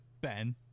Ben